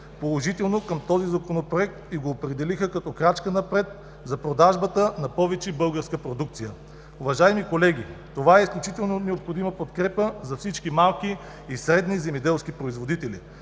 положително към Законопроекта и го определиха като крачка напред за продажбата на повече българска продукция. Уважаеми колеги, това е изключително необходима подкрепа за всички малки и средни земеделски производители.